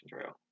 Trail